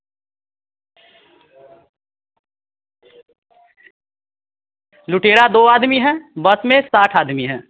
लुटेरा दो आदमी है बस में साठ आदमी है